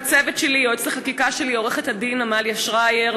לצוות שלי: יועצת החקיקה שלי עורכת-הדין עמליה שרייר,